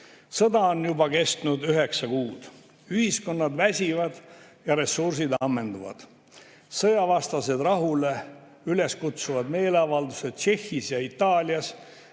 Sõda on kestnud juba üheksa kuud. Ühiskonnad väsivad ja ressursid ammenduvad. Sõjavastased, rahule üles kutsuvad meeleavaldused Tšehhis ja Itaalias